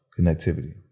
connectivity